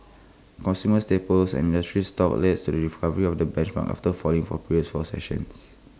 consumer staples and industrial stocks led the recovery on the benchmark after falling for previous four sessions